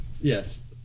yes